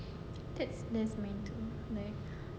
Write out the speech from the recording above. that's nice too right